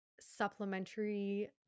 supplementary